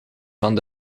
van